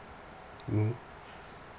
mmhmm